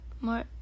more